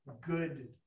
good